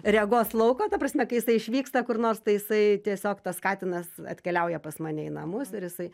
regos lauko ta prasme kai jisai išvyksta kur nors tai jisai tiesiog tas katinas atkeliauja pas mane į namus ir jisai